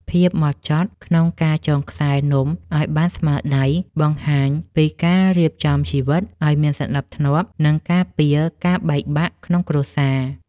ភាពហ្មត់ចត់ក្នុងការចងខ្សែនំឱ្យបានស្មើដៃបង្ហាញពីការរៀបចំជីវិតឱ្យមានសណ្ដាប់ធ្នាប់ និង ការពារការបែកបាក់ក្នុងគ្រួសារ។